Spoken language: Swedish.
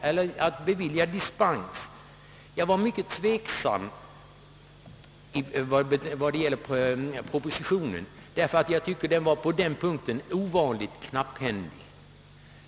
Jag var mycket tveksam just därför att jag tyckte att propositionen på den punkten var ovanligt knapphändig.